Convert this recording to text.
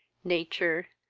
nature,